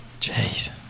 Jeez